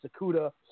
Sakuda